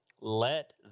let